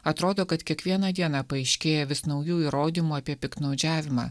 atrodo kad kiekvieną dieną paaiškėja vis naujų įrodymų apie piktnaudžiavimą